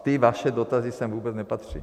A ty vaše dotazy sem vůbec nepatří.